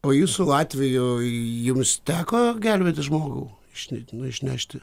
o jūsų atveju jums teko gelbėti žmogų iš nu išnešti